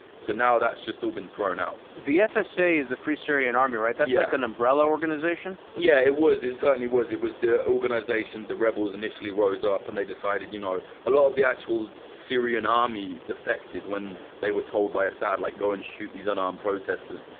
so now that's just all been thrown out. the fsa is the free syrian army, right? that's like an umbrella organization. yeah. it was. it certainly was. it was the organization, the rebels initially rose up and they decided. you know a lot of the actual syrian army defected when they were told by assad, like go and shoot these unarmed protesters.